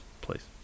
place